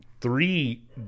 three